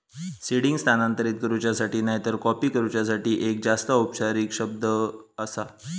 seeding स्थानांतरित करूच्यासाठी नायतर कॉपी करूच्यासाठी एक जास्त औपचारिक शब्द आसा